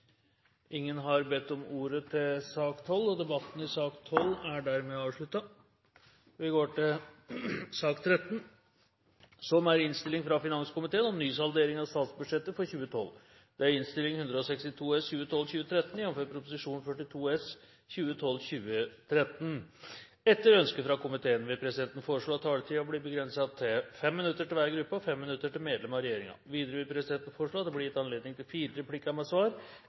Ingen har bedt om ordet. Etter ønske fra finanskomiteen vil presidenten foreslå at taletiden blir begrenset til 5 minutter til hver gruppe og 5 minutter til medlem av regjeringen. Videre vil presidenten foreslå at det blir gitt anledning til replikkordskifte på inntil fire replikker med svar